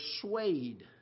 swayed